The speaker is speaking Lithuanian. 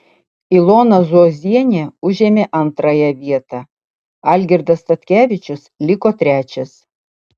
ilona zuozienė užėmė antrąją vietą algirdas statkevičius liko trečias